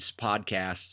podcasts